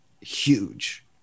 huge